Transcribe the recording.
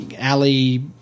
Ali